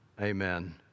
Amen